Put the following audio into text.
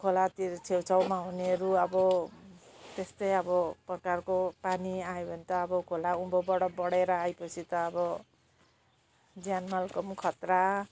खोलातिर छेउ छाउमा हुनेहरू अब त्यस्तै अब प्रकारको पानी पानी आयो भने त अब खोला उँभोबाट बढेर आए पछि त अब ज्यान मालको खतरा